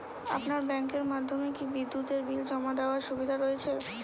আপনার ব্যাংকের মাধ্যমে কি বিদ্যুতের বিল জমা দেওয়ার সুবিধা রয়েছে?